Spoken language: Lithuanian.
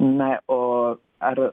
na o ar